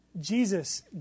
Jesus